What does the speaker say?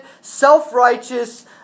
self-righteous